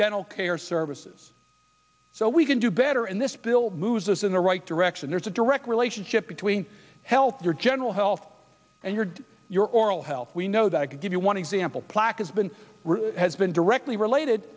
dental care services so we can do better in this bill moves us in the right direction there's a direct relationship between health your general health and your your oral health we know that to give you one example plaque it's been has been directly related